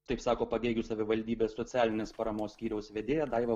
taip sako pagėgių savivaldybės socialinės paramos skyriaus vedėja daiva